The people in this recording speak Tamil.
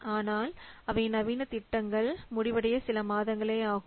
ஆனால் அவை நவீன திட்டங்கள் முடிவடைய சில மாதங்களே ஆகு ம்